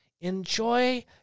Enjoy